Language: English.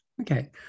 Okay